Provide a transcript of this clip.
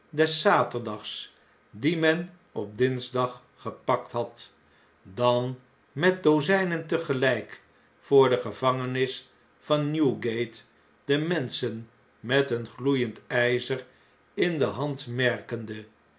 des zaterdags dien men op dinsdag gepakt had dan met dozpen tegelyk voor de gevangenis van n e w g a t e de menschen met een gloeiend ijzer in de hand merkende